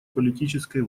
политической